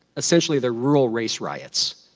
essentially, the rural race riots.